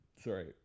Sorry